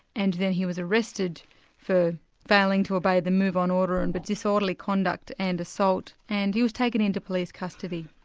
and then he was arrested for failing to obey the move-on order and for but disorderly conduct and assault, and he was taken into police custody.